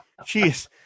jeez